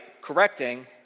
correcting